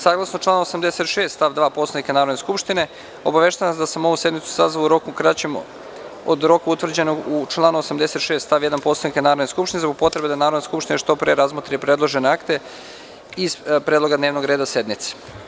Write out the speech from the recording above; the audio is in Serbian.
Saglasno članu 86. stav 2. Poslovnika Narodne skupštine, obaveštavam vas da sam ovu sednicu sazvao u roku kraćem od roka utvrđenog u članu 86. stav 1. Poslovnika Narodne skupštine, zbog potrebe da Narodna skupština što pre razmotri predložene akte iz predloga dnevnog reda sednice.